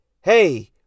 hey